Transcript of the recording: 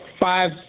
five